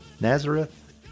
Nazareth